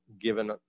given